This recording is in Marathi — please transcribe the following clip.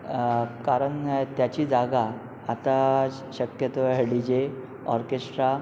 कारण त्याची जागा आता शक्यतो हे डी जे ऑर्केस्ट्रा